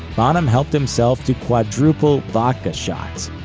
bonham helped himself to quadruple vodka shots.